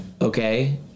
okay